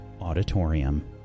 auditorium